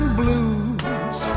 blues